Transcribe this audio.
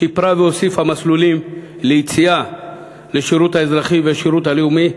שיפרה והוסיפה מסלולים לשירות האזרחי ולשירות הלאומי.